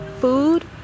food